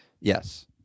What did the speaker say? Yes